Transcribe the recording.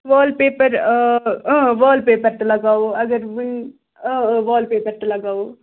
وال paper اۭں wallpaper تہِ لگاوَو اگر وٕنۍ اۭں اۭں وال پیپَر تہِ لگاوَو